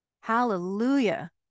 Hallelujah